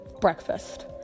breakfast